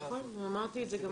נכון, אמרתי את זה.